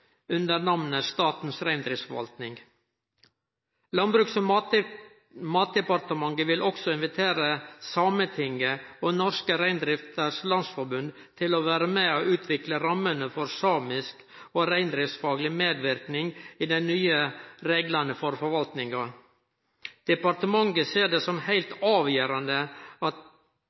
under namnet Statens reindriftsforvaltning. Landbruks- og matdepartementet vil også invitere Sametinget og Norske Reindriftssamers Landsforbund til å vere med og utvikle rammene for samisk og reindriftsfagleg medverknad i dei nye reglane for forvaltinga. Departementet ser det som heilt avgjerande at